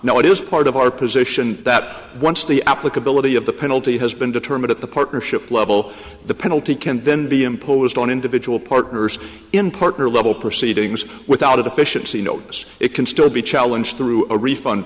know what is part of our position that once the applicability of the penalty has been determined at the partnership level the penalty can then be imposed on individual partners in partner level proceedings without a deficiency notice it can still be challenge through a refund